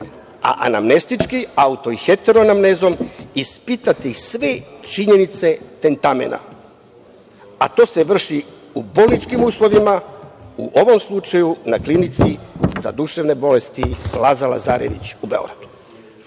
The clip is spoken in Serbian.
A anamnestički auto i hetero anamnezom ispitati sve činjenice tentamena. To se vrši u bolničkim uslovima, u ovom slučaju na Klinici za duševne bolesti „Laza Lazarević“ u Beogradu.